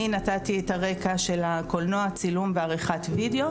אני נתתי את הרקע של הקולנוע צילום ועריכת וידאו